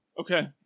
Okay